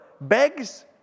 begs